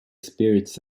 spirits